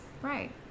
Right